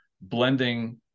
blending